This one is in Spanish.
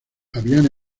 habían